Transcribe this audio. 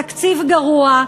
תקציב גרוע,